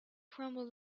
crumble